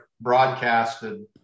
broadcasted